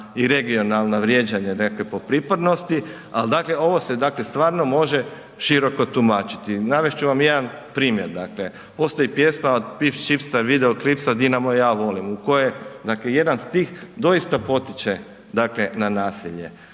i regionalna vrijeđanja nekakva po pripadnosti, al dakle ovo se stvarno može široko tumačiti. Navest ću vam jedan primjer, postoji pjesma od Pips chipsa & videoclips „Dinamo ja volim“ u kojoj jedan stih doista potiče dakle na nasilje.